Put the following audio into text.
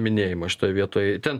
minėjimas šitoj vietoj ten